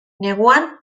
neguan